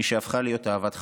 מי שהפכה להיות אהבת חיי.